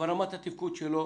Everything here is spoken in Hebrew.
אבל רמת התפקוד שלו